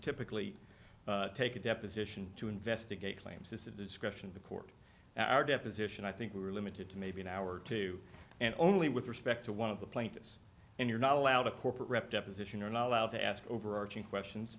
typically take a deposition to investigate claims is a description of the court are deposition i think we were limited to maybe an hour or two and only with respect to one of the plaintiffs and you're not allowed a corporate rep deposition you're not allowed to ask overarching questions